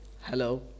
Hello